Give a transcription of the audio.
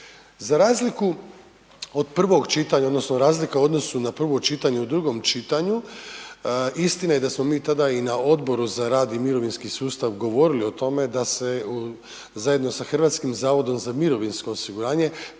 Za razliku od prvog čitanja odnosno razlika u odnosu na prvo čitanje, u drugom čitanju, istina je da smo mi tada i na Odboru za rad i mirovinski sustav govorili o tome da se zajedno sa HZMO-om provjere maksimalno